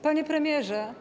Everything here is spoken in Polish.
Panie Premierze!